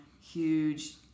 huge